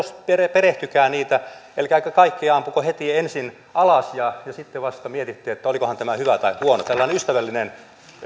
perehtykää niihin älkääkä kaikkia ampuko heti ensin alas ja sitten vasta mietitte olikohan tämä hyvä tai huono tällainen ystävällinen